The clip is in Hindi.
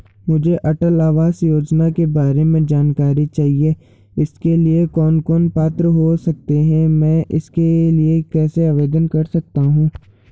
मुझे अटल आवास योजना के बारे में जानकारी चाहिए इसके लिए कौन कौन पात्र हो सकते हैं मैं इसके लिए कैसे आवेदन कर सकता हूँ?